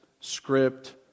script